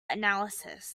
analysis